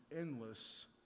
endless